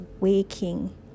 waking